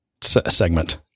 segment